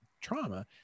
trauma